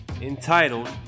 entitled